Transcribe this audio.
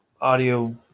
audio